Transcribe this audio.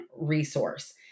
resource